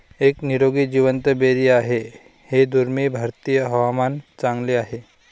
एक निरोगी जिवंत बेरी आहे हे दुर्मिळ भारतीय हवामान चांगले आहे